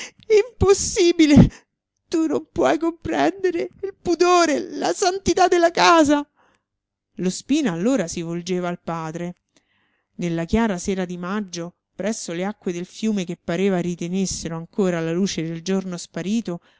impossibile tu non puoi comprendere il pudore la santità della casa lo spina allora si volgeva al padre nella chiara sera di maggio presso le acque del fiume che pareva ritenessero ancora la luce del giorno sparito